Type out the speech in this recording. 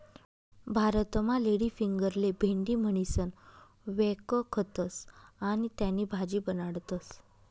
भारतमा लेडीफिंगरले भेंडी म्हणीसण व्यकखतस आणि त्यानी भाजी बनाडतस